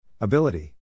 Ability